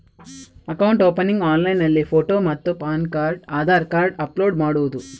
Account opening ಆನ್ಲೈನ್ನಲ್ಲಿ photo ಮತ್ತು PAN card Aadhaar card upload ಮಾಡುವುದು?